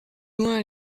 loin